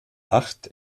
acht